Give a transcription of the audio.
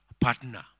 partner